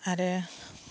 आरो